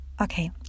Okay